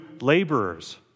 laborers